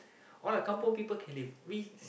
all the kampung people can live we